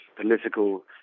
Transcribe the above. political